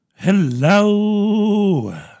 Hello